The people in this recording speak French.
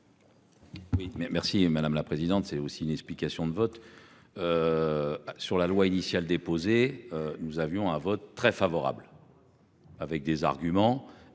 Merci madame la présidente. C'est aussi une explication de vote. Sur la loi initiale déposée. Nous avions un vote très favorable. Avec des arguments